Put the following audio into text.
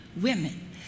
women